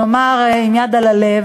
ונאמר, עם יד על הלב,